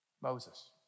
Moses